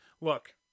look